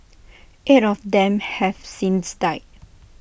eight of them have since died